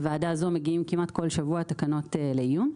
לוועדה זו מגיעות כמעט כל שבוע תקנות לעיון.